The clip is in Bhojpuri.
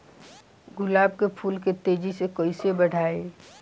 गुलाब के फूल के तेजी से कइसे बढ़ाई?